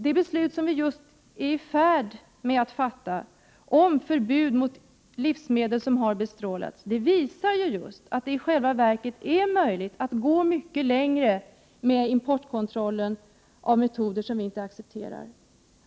Det beslut som vi snart skall fatta, om förbud mot livsmedel som har bestrålats, visar just att det i själva verket är möjligt att gå mycket längre med importkontrollen när det gäller metoder som vi inte accepterar.